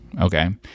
Okay